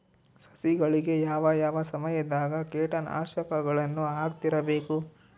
ಸಸಿಗಳಿಗೆ ಯಾವ ಯಾವ ಸಮಯದಾಗ ಕೇಟನಾಶಕಗಳನ್ನು ಹಾಕ್ತಿರಬೇಕು?